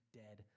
dead